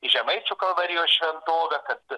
į žemaičių kalvarijos šventovę kad